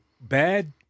bad